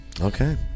Okay